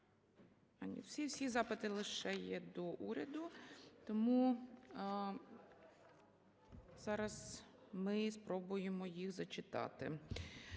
Всі запити лише є до уряду. Тому ми зараз спробуємо їх зачитати.